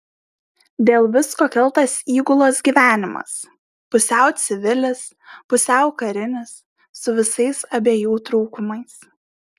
dėl visko kaltas įgulos gyvenimas pusiau civilis pusiau karinis su visais abiejų trūkumais